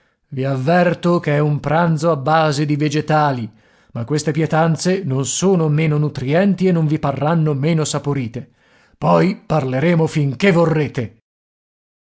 i avverto che è un pranzo a base di vegetali ma queste pietanze non sono meno nutrienti e non vi parranno meno saporite poi parleremo finché vorrete